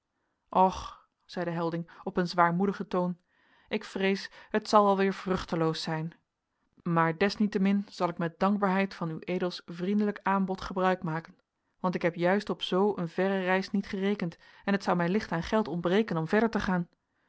och zeide helding op een zwaarmoedigen toon ik vrees het zal wel weer vruchteloos zijn maar desniettemin zal ik met dankbaarheid van ueds vriendelijk aanbod gebruik maken want ik heb juist op zoo een verre reis niet gerekend en het zou mij licht aan geld ontbreken om verder te gaan